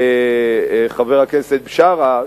חבר הכנסת בשארה,